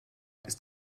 ist